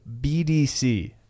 BDC